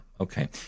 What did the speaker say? okay